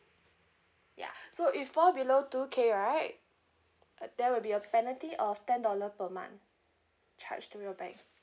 ya so if fall below two K right uh there will be a penalty of ten dollar per month charged to your bank